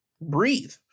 breathe